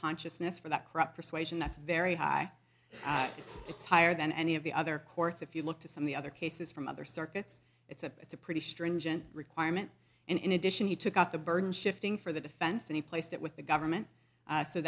consciousness for that crop persuasion that's very high it's it's higher than any of the other courts if you look to some of the other cases from other circuits it's a it's a pretty stringent requirement and in addition he took up the burden shifting for the defense and he placed it with the government